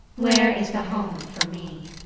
where is the home for me?